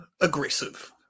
aggressive